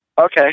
Okay